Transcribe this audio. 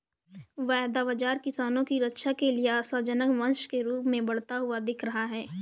वायदा बाजार किसानों की रक्षा के लिए आशाजनक मंच के रूप में बढ़ता हुआ दिख रहा है